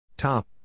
Top